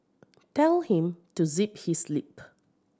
tell him to zip his lip